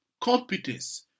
competence